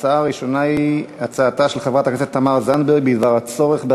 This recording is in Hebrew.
הצעה הראשונה היא הצעה לסדר-היום מס' 1676,